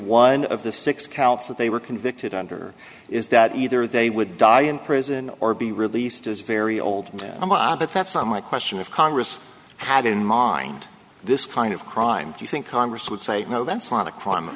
counts that they were convicted under is that either they would die in prison or be released as very old but that's not my question of congress had in mind this kind of crime do you think congress would say no that's not a crime of